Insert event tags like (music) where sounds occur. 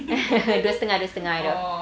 (laughs) dua setengah dua setengah